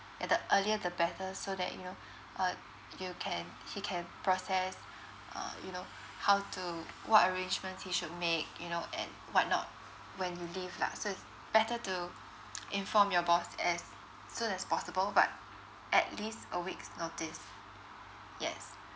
at the earlier the better so that you know uh you can he can process uh you know how to what arrangements he should make you know and whatnot when you leave lah so it's better to inform your boss as soon as possible but at least a week's notice yes